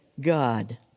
God